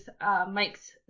Mike's